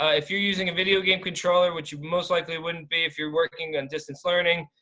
ah if you're using a video game controller which you most likely wouldn't be if you're working on distance learning.